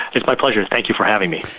it's my pleasure, thank you for having me.